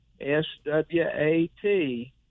S-W-A-T